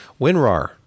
WinRAR